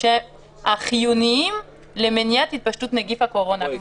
החיוניים למניעת התפשטות נגיף הקורונה.